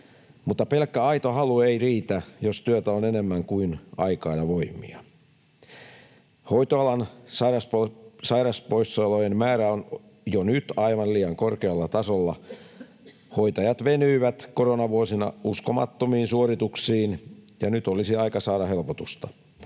mutta pelkkä aito halu ei riitä, jos työtä on enemmän kuin aikaa ja voimia. Hoitoalan sairaspoissaolojen määrä on jo nyt aivan liian korkealla tasolla. Hoitajat venyivät koronavuosina uskomattomiin suorituksiin, ja nyt olisi aika saada helpotusta.